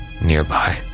nearby